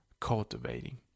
cultivating